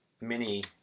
mini